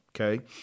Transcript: Okay